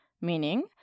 meaning